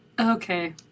Okay